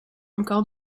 encore